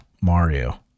Mario